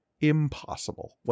Impossible